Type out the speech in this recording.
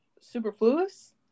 Superfluous